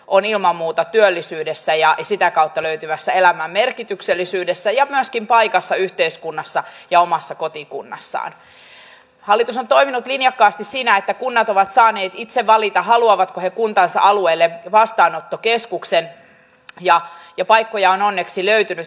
se ei riitä vielä kattamaan sitä korjausvelkaa mikä meidän tiestössämme ja muilla väylillä on toiminut linjakkaasti siinä että kunnat ovat saaneet itse valita haluavatko ne kuntansa alueelle vastaanottokeskuksen mutta suunta on oikea